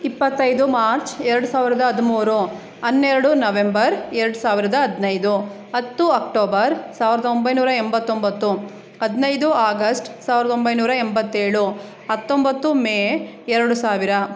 ಇಪ್ಪತ್ತೈದು ಮಾರ್ಚ್ ಎರಡು ಸಾವಿರದ ಹದಿಮೂರು ಹನ್ನೆರಡು ನವೆಂಬರ್ ಎರಡು ಸಾವಿರದ ಹದಿನೈದು ಹತ್ತು ಅಕ್ಟೋಬರ್ ಸಾವಿರದ ಒಂಬೈನೂರ ಎಂಬತ್ತೊಂಬತ್ತು ಹದಿನೈದು ಆಗಸ್ಟ್ ಸಾವಿರದ ಒಂಬೈನೂರ ಎಂಬತ್ತೇಳು ಹತ್ತೊಂಬತ್ತು ಮೇ ಎರಡು ಸಾವಿರ